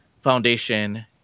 foundation